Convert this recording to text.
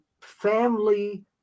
family